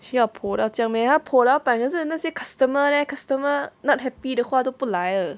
需要 por 到这样 meh 他 por 老板就是那些 customer customer not happy 的话都不来了